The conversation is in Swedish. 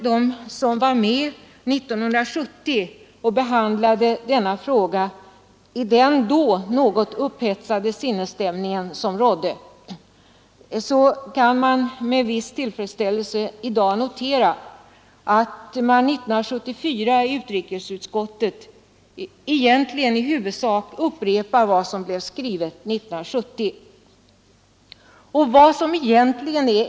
De som var med och behandlade denna fråga 1970 i den något upphetsade sinnesstämning som då rådde kan i dag med viss tillfredställelse notera att utrikesutskottet 1974 i huvudsak upprepar vad utskottet skrev 1970.